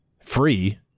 free